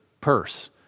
purse